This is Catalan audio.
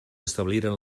establiren